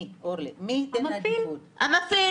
המפעיל.